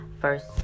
first